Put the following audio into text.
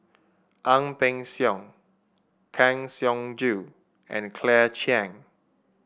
Ang Peng Siong Kang Siong Joo and Claire Chiang